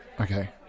Okay